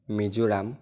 Mizoram